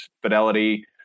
Fidelity